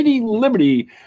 Liberty